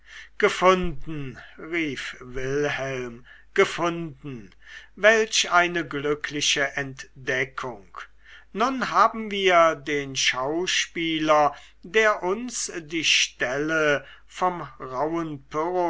gefunden rief wilhelm gefunden welch eine glückliche entdeckung nun haben wir den schauspieler der uns die stelle vom rauhen